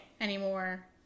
anymore